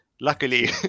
Luckily